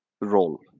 role